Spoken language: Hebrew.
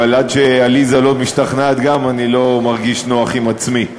אבל עד שגם עליזה לא משתכנעת אני לא מרגיש נוח עם עצמי.